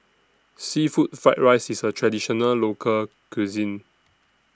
Seafood Fried Rice IS A Traditional Local Cuisine